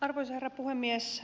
arvoisa herra puhemies